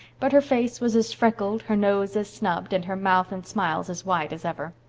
but her face was as freckled, her nose as snubbed, and her mouth and smiles as wide as ever.